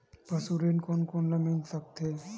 पशु ऋण कोन कोन ल मिल सकथे?